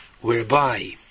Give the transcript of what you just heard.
whereby